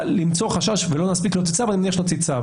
למצוא חשש ולא נספיק להוציא צו,